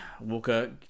Walker